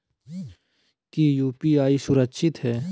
की यू.पी.आई सुरक्षित है?